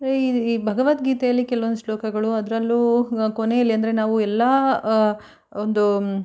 ಈ ಭಗವದ್ಗೀತೆಲಿ ಕೆಲವೊಂದು ಶ್ಲೋಕಗಳು ಅದರಲ್ಲೂ ಕೊನೆಯಲ್ಲಿ ಅಂದರೆ ನಾವು ಎಲ್ಲ ಒಂದು